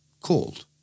called